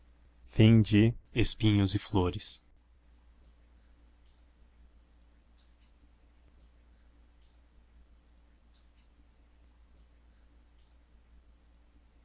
ricardo espinhos e flores